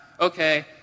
okay